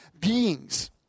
beings